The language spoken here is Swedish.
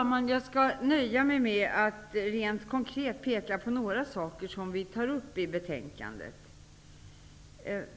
Jag skall nöja mig med att rent konkret peka på några saker som vi tar upp i betänkandet.